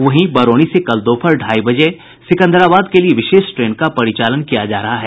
वहीं बरौनी से कल दोपहर ढाई बजे सिकंदराबाद के लिये विशेष ट्रेन का परिचालन किया जा रहा है